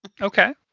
Okay